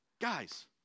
Guys